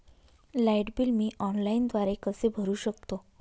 Light bill मी ऑनलाईनद्वारे कसे भरु शकतो?